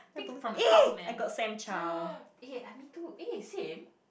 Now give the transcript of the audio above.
from the top man I me too eh same